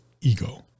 ego